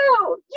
No